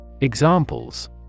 Examples